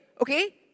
okay